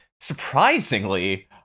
surprisingly